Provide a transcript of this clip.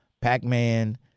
Pac-Man